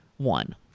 one